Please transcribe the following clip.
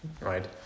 right